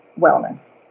wellness